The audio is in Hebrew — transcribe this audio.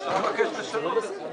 אפשר לבקש לשנות את זה.